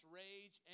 rage